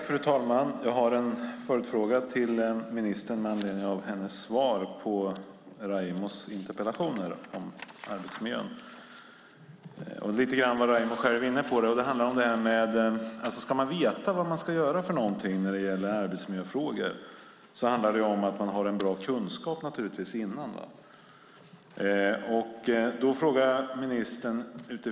Fru talman! Jag har en följdfråga till ministern med anledning av hennes svar på Raimo Pärssinens interpellation om arbetsmiljön. För att man ska veta vad man ska göra när det gäller arbetsmiljöfrågor måste man naturligtvis ha bra kunskap.